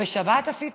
בשבת עשית